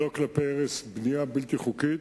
בנייה בלתי חוקית,